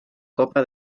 copa